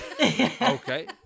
Okay